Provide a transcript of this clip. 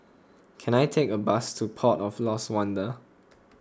can I take a bus to Port of Lost Wonder